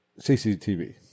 cctv